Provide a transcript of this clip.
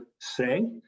say